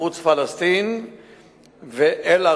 ערוץ פלסטין ו"אל-ערבייה".